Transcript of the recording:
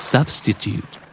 Substitute